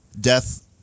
death